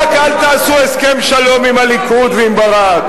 רק אל תעשו הסכם שלום עם הליכוד ועם ברק.